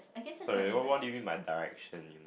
sorry what what do you mean by direction